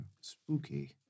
spooky